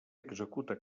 executa